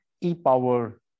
E-power